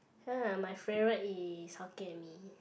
ya my favourite is hokkien mee